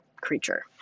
creature